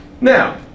Now